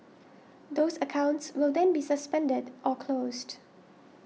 those accounts will then be suspended or closed